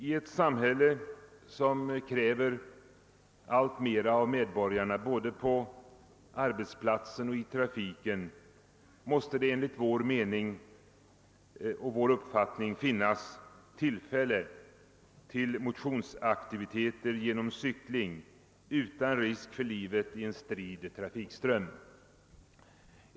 I ett samhälle, som kräver allt mera av medborgarna både på arbetsplåtsen och i trafiken, måste det enligt vår uppfattning finnas tillfälle till motionsaktiviteter genom cykling utan risk för livet i en strid trafikström.